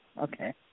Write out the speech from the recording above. Okay